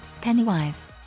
Pennywise